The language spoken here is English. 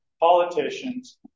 politicians